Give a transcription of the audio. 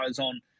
on